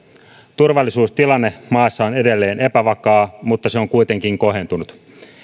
turvallisuustilanne maassa on edelleen epävakaa mutta se on kuitenkin kohentunut